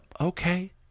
Okay